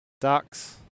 ducks